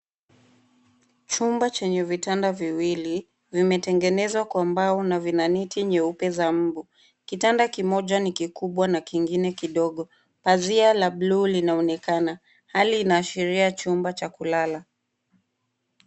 Chumba chenye vitanda viwili, vimetengenezwa kwa mbao na vina neti nyeupe za mbu. Kitanda kimoja ni kikubwa na kingine kidogo. Pazia la bluu linaonekana. Hali inaashiria chumba cha kulala.